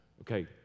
okay